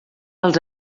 els